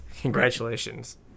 Congratulations